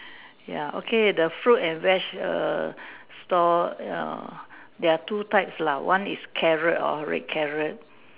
ya okay the fruit and veg err stall uh there are two types lah one is carrot or red carrot